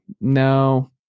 no